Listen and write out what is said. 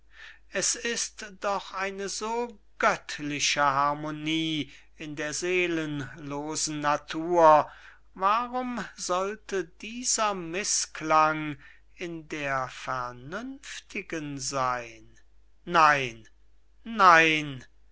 es ist doch eine so göttliche harmonie in der seelenlosen natur warum sollte dieser mißklang in der vernünftigen seyn nein nein